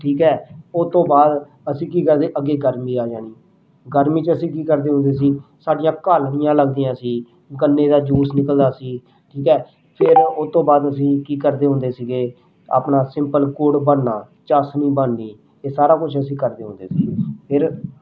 ਠੀਕ ਹੈ ਉਹ ਤੋਂ ਬਾਅਦ ਅਸੀਂ ਕੀ ਕਰਦੇ ਅੱਗੇ ਗਰਮੀ ਆ ਜਾਣੀ ਗਰਮੀ 'ਚ ਅਸੀਂ ਕੀ ਕਰਦੇ ਹੁੰਦੇ ਸੀ ਸਾਡੀਆਂ ਘੁਲਾੜੀਆਂ ਲੱਗਦੀਆਂ ਸੀ ਗੰਨੇ ਦਾ ਜੂਸ ਨਿਕਲਦਾ ਸੀ ਠੀਕ ਆ ਫੇਰ ਉਹ ਤੋਂ ਬਾਅਦ ਅਸੀਂ ਕੀ ਕਰਦੇ ਹੁੰਦੇ ਸੀਗੇ ਆਪਣਾ ਸਿੰਪਲ ਗੁੜ ਬਣਨਾ ਚਾਸ਼ਣੀ ਬਣਨੀ ਇਹ ਸਾਰਾ ਕੁਝ ਅਸੀਂ ਕਰਦੇ ਹੁੰਦੇ ਸੀਗੇ ਫੇਰ